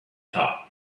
thought